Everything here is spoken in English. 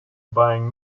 buying